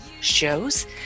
shows